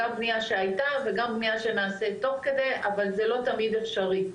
גם בנייה שהייתה וגם בנייה שנעשית תוך כדי אבל זה לא תמיד אפשרי.